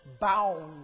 bound